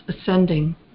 ascending